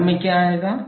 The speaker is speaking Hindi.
हर में क्या आएगा